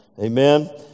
Amen